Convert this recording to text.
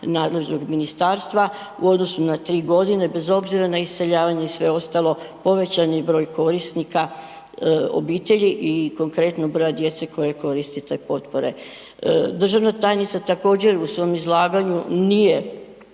nadležnog ministarstva u odnosu na 3 godine bez obzira na iseljavanje i sve ostalo povećan je broj korisnika obitelji i konkretno broja djece koja koriste te potpore. Državna tajnica također u svom izlaganju nije